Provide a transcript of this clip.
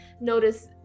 notice